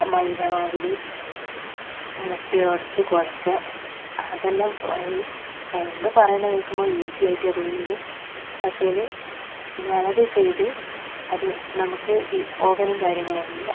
മൈദമാവിൽ മുട്ട ഉടച്ച് കുഴക്കുക അതെല്ലാം ഫോണിൽ പറയുന്നത് കേൾക്കുമ്പോൾ ഈസി ആയിട്ടാ തോന്നീന് പക്ഷേല് ഞാൻ അത് ചെയ്തു അത് നമുക്ക് ഈ ഓവനും കാര്യങ്ങളും ഒന്നുമില്ല